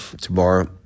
Tomorrow